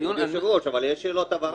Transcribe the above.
כבוד היושב-ראש, אבל יש שאלות הבהרה.